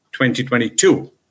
2022